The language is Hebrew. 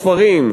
ספרים,